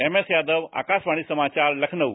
MS Yadav Akashvani समाचार लखनऊ